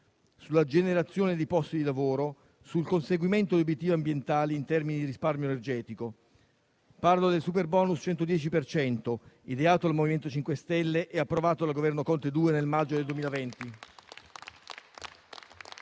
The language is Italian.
sulla generazione di posti di lavoro, sul conseguimento di obiettivi ambientali in termini di risparmio energetico. Mi riferisco al superbonus al 110 per cento, ideato dal MoVimento 5 Stelle e approvato dal Governo Conte II nel maggio del 2020.